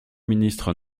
ministre